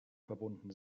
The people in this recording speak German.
verbunden